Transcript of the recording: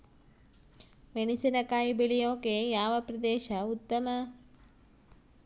ಮೆಣಸಿನಕಾಯಿ ಬೆಳೆಯೊಕೆ ಯಾವ ಪ್ರದೇಶ ಉತ್ತಮ?